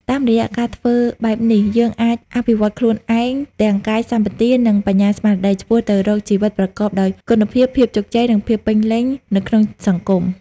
តាមរយៈការធ្វើបែបនេះ យើងអាច អភិវឌ្ឍខ្លួនឯងទាំងកាយសម្បទា និងបញ្ញាស្មារតី ឆ្ពោះទៅរក ជីវិតប្រកបដោយគុណភាព ភាពជោគជ័យ និងភាពពេញលេញ នៅក្នុងសង្គម។